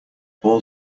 all